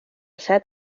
set